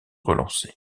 relancer